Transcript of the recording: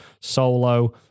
Solo